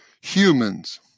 Humans